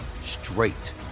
straight